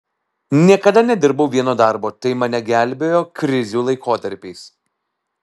niekada nedirbau vieno darbo tai mane gelbėjo krizių laikotarpiais